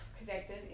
connected